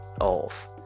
off